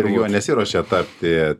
ir juo nesiruošia tapti